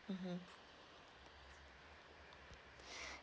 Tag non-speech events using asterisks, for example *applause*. mmhmm *breath*